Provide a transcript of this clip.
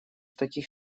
таких